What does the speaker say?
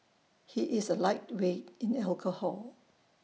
he is A lightweight in alcohol